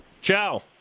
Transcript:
Ciao